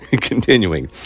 Continuing